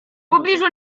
pobliżu